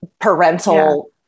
parental